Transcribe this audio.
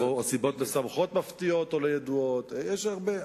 משמחות מפתיעות או לא ידועות, יש הרבה.